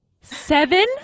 seven